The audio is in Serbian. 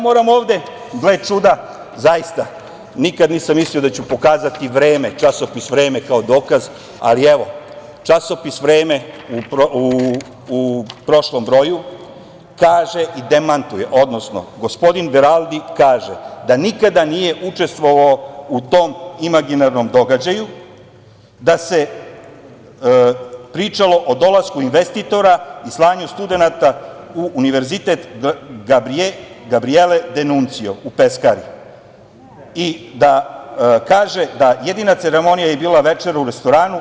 Moram ovde, gle čuda zaista, nikada nisam mislio da ću pokazati Časopis „Vreme“ kao dokaz, ali evo, Časopis „Vreme“ u prošlom broju kaže i demantuje, odnosno gospodin Veraldi kaže da nikada nije učestvovao u tom imaginarnom događaju, da se pričalo o dolasku investitora i slanju studenata u Univerzitet „Gabrijele Denuncio“ u Peskari, i kaže da jedina ceremonija je bila večera u restoranu.